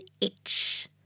itch